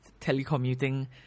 Telecommuting